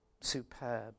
superb